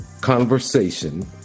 conversation